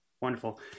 Wonderful